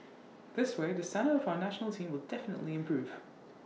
this way the standard of our National Team will definitely improve